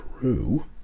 true